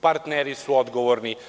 Partneri su odgovorni.